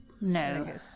No